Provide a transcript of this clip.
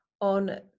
on